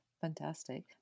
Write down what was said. fantastic